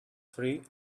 free